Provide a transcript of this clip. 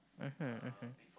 mmhmm mmhmm